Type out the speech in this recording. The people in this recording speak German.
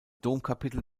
domkapitel